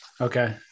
Okay